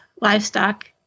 livestock